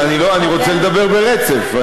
אני רוצה לדבר ברצף.